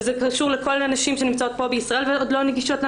זה קשור לכל הנשים שנמצאות פה בישראל ועוד לא נגישות למשטרה,